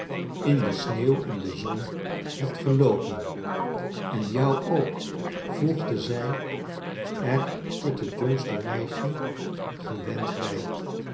in de sneeuw en de zon hebt geloopen en jou ook voegde zij er tot het jongste meisje gewend bij